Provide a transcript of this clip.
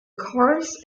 course